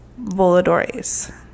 Voladores